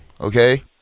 okay